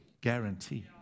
Guarantee